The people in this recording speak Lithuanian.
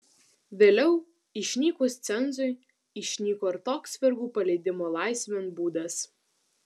vėliau išnykus cenzui išnyko ir toks vergų paleidimo laisvėn būdas